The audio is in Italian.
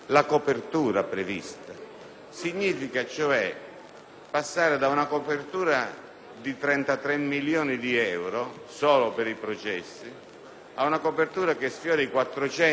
Significa cioè passare da una copertura di 33 milioni di euro, solo per i processi, ad una copertura che sfiora i 400 milioni di euro.